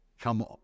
come